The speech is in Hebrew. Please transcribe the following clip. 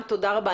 תודה רבה.